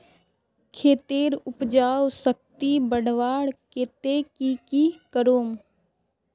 खेतेर उपजाऊ शक्ति बढ़वार केते की की करूम?